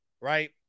right